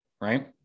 Right